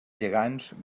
gegants